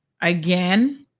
Again